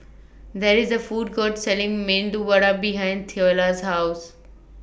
There IS A Food Court Selling Medu Vada behind Theola's House